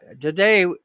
Today